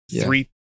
three